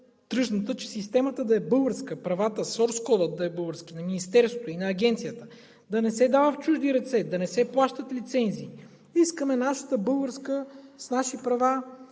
документация, че системата да е българска, правата, сорс кодът да е български – на Министерството и на Агенцията, да не се дава в чужди ръце, да не се плащат лицензи. Искаме да е наша, българска, с наши права,